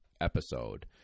episode